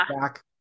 back-